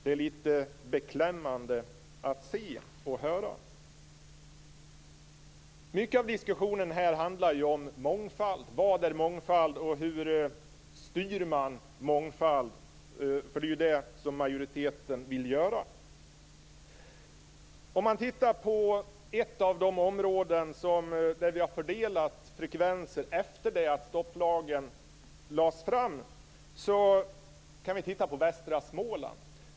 Det är litet beklämmande att se och höra. Mycket av diskussionen här handlar om mångfald. Vad är mångfald, och hur styr man mångfald - för det är vad majoriteten vill göra? Man kan titta på ett av de områden där det har fördelats frekvenser efter det att stopplagen lades fram, nämligen västa Småland.